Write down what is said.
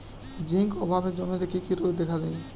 Zinc অভাবে জমিতে কি কি রোগ দেখাদেয়?